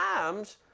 times